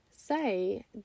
say